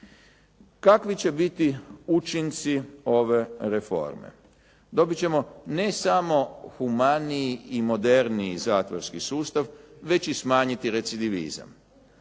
Kakvi će biti učinci ove reforme? Dobiti ćemo ne samo humaniji i moderniji zatvorski sustav, već i smanjiti recidivizam.